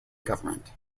government